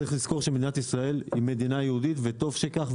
צריך לזכור שמדינת ישראל היא מדינה יהודית וטוב שכך,